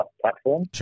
platform